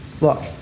Look